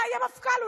לא, ומגבעתיים לא,